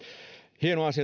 hieno asia